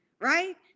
right